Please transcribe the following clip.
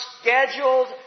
scheduled